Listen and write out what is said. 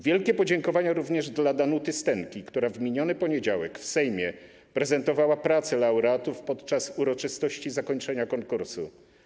Wielkie podziękowania również dla Danuty Stenki, która w miniony poniedziałek w Sejmie prezentowała prace laureatów podczas uroczystości zakończenia konkursu.